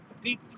deep